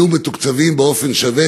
תהיה מתוקצבת באופן שווה.